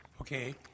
Okay